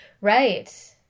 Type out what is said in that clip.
Right